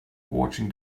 watching